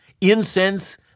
incense